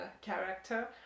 character